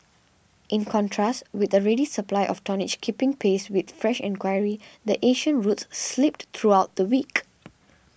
in contrast with a ready supply of tonnage keeping pace with fresh enquiry the Asian routes slipped throughout the week